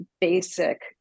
basic